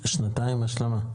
שנתיים השלמה?